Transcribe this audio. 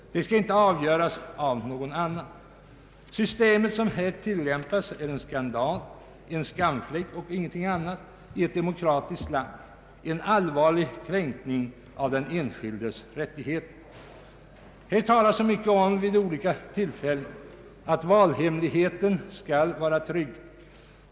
Det skall inte avgöras av någon annan. Systemet som här tillämpas är skandalöst, det är en skamfläck och ingenting annat i ett demokratiskt land. Det är en allvarlig kränkning av den enskildes rättigheter. Här talas så mycket om, vid olika tillfällen, att valhemligheten skall vara trygg.